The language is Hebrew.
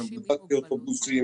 ובכלל זה אוטובוסים,